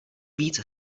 víc